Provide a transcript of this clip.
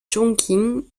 chongqing